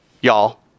y'all